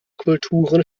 kulturen